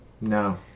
No